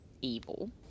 evil